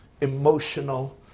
emotional